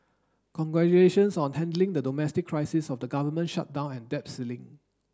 congratulations on handling the domestic crisis of the government shutdown and debt ceiling